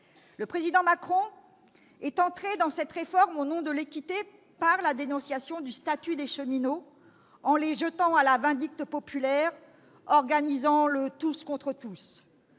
Le président Macron est en quelque sorte entré dans cette réforme, au nom de l'équité, par la dénonciation du statut des cheminots, jetant ceux-ci à la vindicte populaire, organisant le « tous contre tous ».